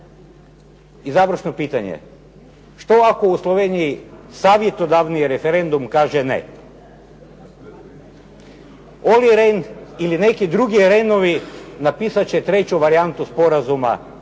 I završno pitanje. Što ako u Sloveniji savjetodavni referendum kaže ne? Olli Rehn ili neki drugi renovi napisat će treću varijantu sporazuma